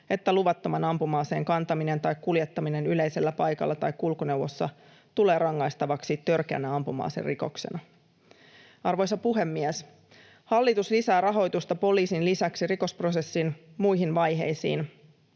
että luvattoman ampuma-aseen kantaminen tai kuljettaminen yleisellä paikalla tai kulkuneuvossa tulee rangaistavaksi törkeänä ampuma-aserikoksena. Arvoisa puhemies! Hallitus lisää rahoitusta poliisin lisäksi rikosprosessin muihin vaiheisiin: